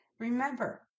Remember